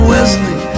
Wesley